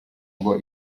ngo